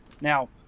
Now